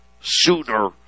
sooner